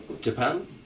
Japan